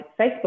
facebook